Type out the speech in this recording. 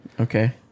Okay